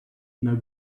now